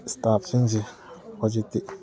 ꯏꯁꯇꯥꯞꯁꯤꯡꯁꯤ ꯍꯧꯖꯤꯛꯇꯤ